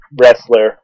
wrestler